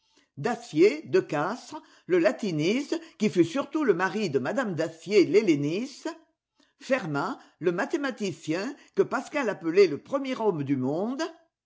dacier de castres le latiniste qui fut surtout le mari de m dacier l'helléniste fermât le mathématicien que pascal appelait le premier homme du monde